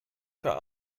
für